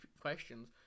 questions